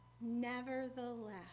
Nevertheless